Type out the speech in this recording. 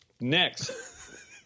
next